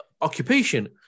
occupation